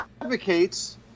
advocates –